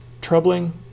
troubling